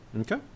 Okay